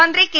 മന്ത്രി കെ